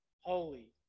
holy